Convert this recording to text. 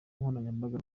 nkoranyambaga